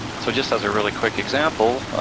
so just as a really quick example,